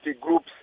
groups